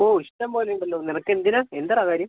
ഓ ഇഷ്ടം പോലെ ഉണ്ടല്ലോ നിനക്ക് എന്തിനാണ് എന്താണ് എടാ കാര്യം